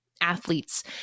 Athletes